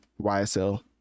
YSL